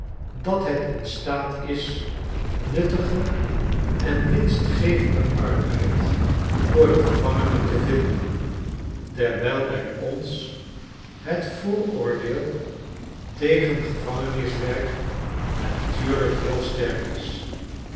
dat het in staat is nuttigen en winstgevenden arbeid voor de gevangenen te vinden terwijl bij ons het vooroordeel tegen gevangeniswerk natuurlijk heel sterk is